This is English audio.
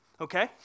okay